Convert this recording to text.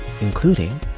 including